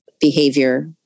behavior